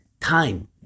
time